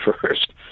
first